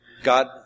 God